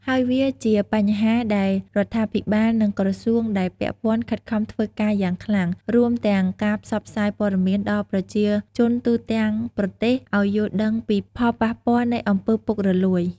ហើយវាជាបញ្ហាដែលរដ្ឋាភិបាល និងក្រសួងដែលពាក់ព័ន្ធខិតខំធ្វើការយ៉ាងខ្លាំង រួមទាំងការផ្សព្វផ្សាយព័ត៌មានដល់ប្រជាជនទូទាំងប្រទេសឲ្យយល់ដឹងពីផលប៉ះពាល់នៃអំពើរពុករលូយ។